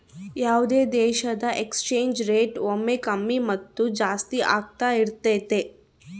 ಯಾವುದೇ ದೇಶದ exchange rate ಒಮ್ಮೆ ಕಮ್ಮಿ ಮತ್ತು ಜಾಸ್ತಿ ಆಗ್ತಾ ಇರತೈತಿ